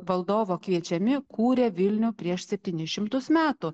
valdovo kviečiami kūrė vilnių prieš septynis šimtus metų